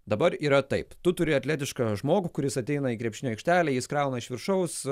dabar yra taip tu turi atletišką žmogų kuris ateina į krepšinio aikštelę jis krauna iš viršaus